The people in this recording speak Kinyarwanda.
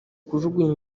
kujugunya